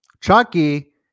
Chucky